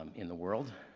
um in the world.